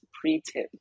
pre-tip